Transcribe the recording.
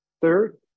Third